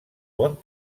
bon